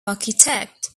architect